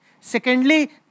Secondly